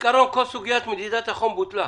כל סוגיית החום בוטלה?